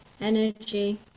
energy